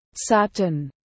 satin